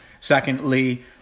Secondly